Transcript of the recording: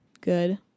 good